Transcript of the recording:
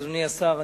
אדוני השר,